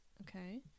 okay